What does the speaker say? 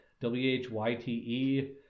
w-h-y-t-e